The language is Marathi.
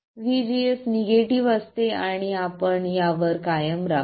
VGS निगेटिव्ह असते आणि आपण यावर कायम राहू